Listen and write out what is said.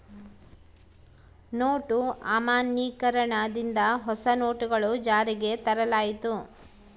note ಅಮಾನ್ಯೀಕರಣ ದಿಂದ ಹೊಸ ನೋಟುಗಳು ಜಾರಿಗೆ ತರಲಾಯಿತು